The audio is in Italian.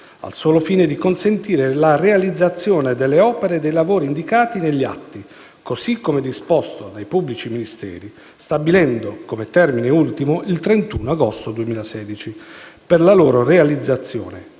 al solo fine di consentire la realizzazione delle opere e dei lavori indicati negli atti, così come disposto dai pubblici ministeri, stabilendo come termine ultimo il 31 agosto 2016 per la loro realizzazione,